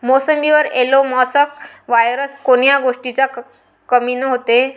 मोसंबीवर yellow mosaic virus कोन्या गोष्टीच्या कमीनं होते?